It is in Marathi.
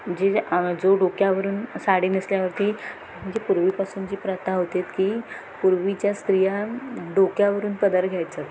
जे जे जो डोक्यावरून साडी नेसल्यावरती म्हणजे पूर्वीपासूनची प्रथा होते की पूर्वीच्या स्त्रिया डोक्यावरून पदार घ्यायच्या